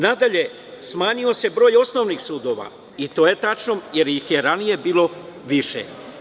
Nadalje smanjio se broj osnovnih sudova i to je tačno, jer ih je ranije bilo više.